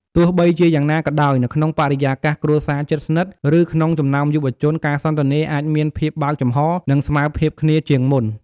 ទោះបីជាយ៉ាងណាក៏ដោយ នៅក្នុងបរិយាកាសគ្រួសារជិតស្និទ្ធ ឬក្នុងចំណោមយុវជន ការសន្ទនាអាចមានភាពបើកចំហរ និងស្មើភាពគ្នាជាងមុន។